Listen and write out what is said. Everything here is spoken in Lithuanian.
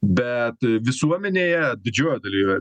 bet visuomenėje didžioje dalyje